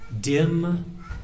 dim